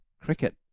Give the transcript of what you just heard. cricket